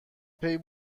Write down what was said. دارند